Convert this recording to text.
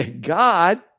God